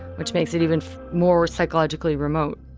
which makes it even more psychologically remote